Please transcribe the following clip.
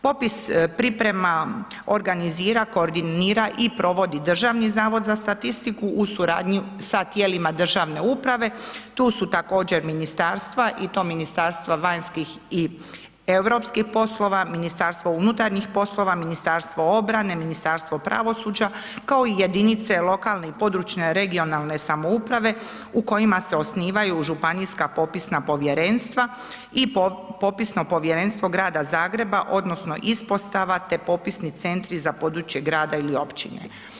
Popis, priprema, organizira, koordinira i provodi Državni zavod za statistiku uz suradnji sa tijelima državne uprave, tu su također ministarstva i to Ministarstvo vanjskih i europskih poslova, MUP, Ministarstvo obrane, Ministarstvo pravosuđa kao i jedinice lokalne i područne (regionalne) samouprave u kojima se osnivaju županijska popisna povjerenstva i popisno povjerenstvo Grada Zagreba odnosno ispostava te popisni centri za područje grada ili općine.